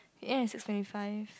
it end at six twenty five